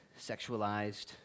sexualized